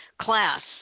Class